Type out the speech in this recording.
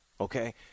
okay